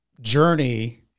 journey